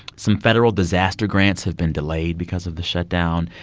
some federal disaster grants have been delayed because of the shutdown.